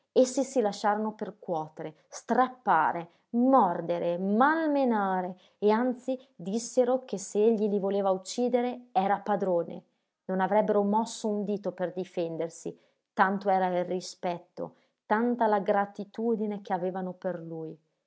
tigre essi si lasciarono percuotere strappare mordere malmenare e anzi dissero che se egli li voleva uccidere era padrone non avrebbero mosso un dito per difendersi tanto era il rispetto tanta la gratitudine che avevano per lui